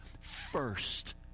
first